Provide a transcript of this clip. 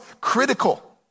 critical